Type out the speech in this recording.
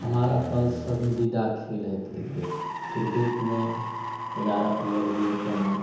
हमारा पसंदीदा खेल है क्रिकेट क्रिकेट में ग्यारह प्लेयर भी होते हैं